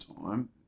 time